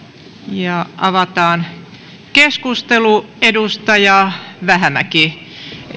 avataan keskustelu edustaja vähämäki